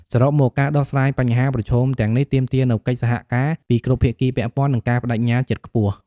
សរុបមក ការដោះស្រាយបញ្ហាប្រឈមទាំងនេះទាមទារនូវកិច្ចសហការពីគ្រប់ភាគីពាក់ព័ន្ធ និងការប្តេជ្ញាចិត្តខ្ពស់។